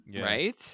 right